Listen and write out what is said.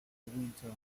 winter